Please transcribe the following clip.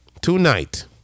tonight